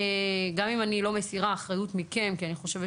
גם אם אני לא מסירה אחריות מכם כי אני חושבת